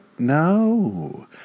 No